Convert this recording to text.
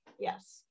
yes